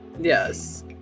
Yes